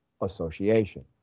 Association